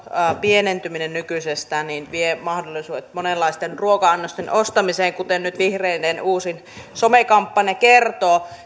pienentyminen nykyisestään vie mahdollisuudet monenlaisten ruoka annosten ostamiseen kuten nyt vihreiden uusin somekampanja kertoo